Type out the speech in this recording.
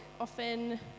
often